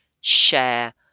share